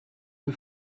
rue